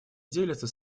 делится